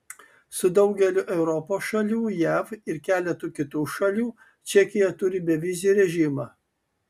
su daugeliu europos šalių jav ir keletu kitų šalių čekija turi bevizį režimą